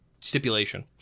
stipulation